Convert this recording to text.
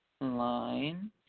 line